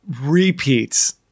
repeats